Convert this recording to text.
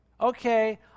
Okay